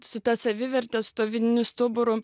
su ta saviverte su tuo vidiniu stuburu